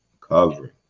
covering